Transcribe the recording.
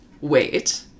wait